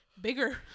bigger